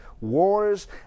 wars